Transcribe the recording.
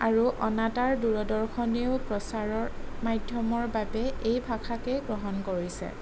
আৰু অনাতাঁৰ দূৰদৰ্শনেও প্ৰচাৰৰ মাধ্যমৰ বাবে এই ভাষাকেই গ্ৰহণ কৰিছে